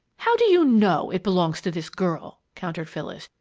how do you know it belongs to this girl? countered phyllis.